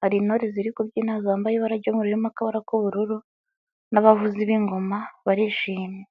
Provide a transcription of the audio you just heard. hari intore ziri kubyina zambaye ibara ry'umweru ririmo akabara k'ubururu, n'abavuzi b'ingoma barishimye.